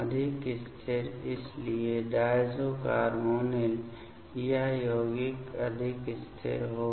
अधिक स्थिर इसलिए डायज़ो कार्बोनिल यह यौगिक अधिक स्थिर होगा